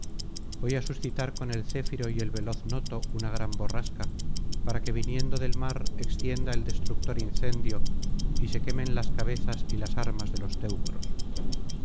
voy á suscitar con el céfiro y el veloz noto una gran borrasca para que viniendo del mar extienda el destructor incendio y se quemen las cabezas y las armas de los teucros